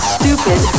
stupid